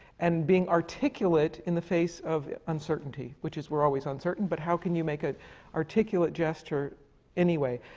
and being articulate in the face of uncertainty, which is we're always uncertain, but how can you make an articulate gesture anyway?